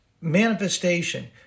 manifestation